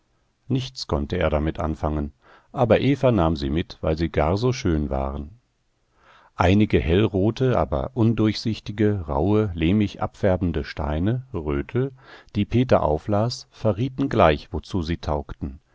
nichts konnte er damit anfangen aber eva nahm sie mit weil sie gar so schön waren einige hellrote aber undurchsichtige rauhe lehmig abfärbende steine rötel die peter auflas verrieten gleich wozu sie taugten